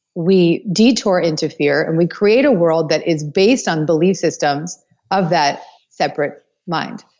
we detour into fear and we create a world that is based on belief systems of that separate mind.